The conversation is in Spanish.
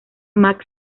max